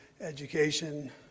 education